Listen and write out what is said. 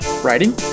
Writing